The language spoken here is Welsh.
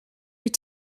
wyt